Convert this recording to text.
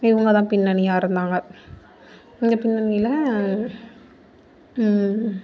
இவங்க தான் பின்னணியாக இருந்தாங்க இந்த பின்னணியில்